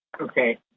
Okay